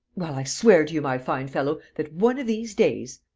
well, i swear to you, my fine fellow, that, one of these days.